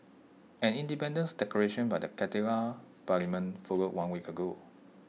an independence declaration by the Catalan parliament followed one week ago